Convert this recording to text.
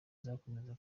izakomeza